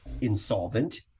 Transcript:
insolvent